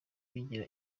bigira